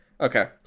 Okay